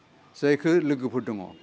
जायखौ लोगोफोर दङ